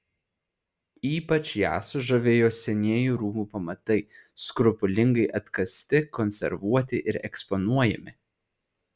ypač ją sužavėjo senieji rūmų pamatai skrupulingai atkasti konservuoti ir eksponuojami